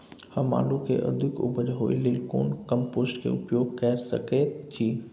हम आलू के अधिक उपज होय लेल कोन कम्पोस्ट के उपयोग कैर सकेत छी?